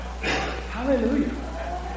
Hallelujah